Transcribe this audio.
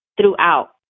throughout